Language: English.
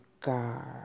guard